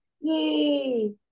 Yay